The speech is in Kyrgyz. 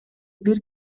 бир